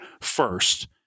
first